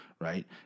Right